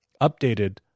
updated